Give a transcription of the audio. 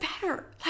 better